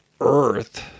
Earth